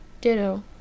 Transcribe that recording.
Ditto